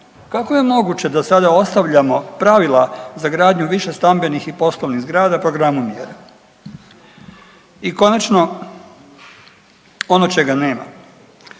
Kako je moguće da sada ostavljamo pravila za gradnju višestambenih i poslovnih zgrada programu mjere? I konačno ono čega nema.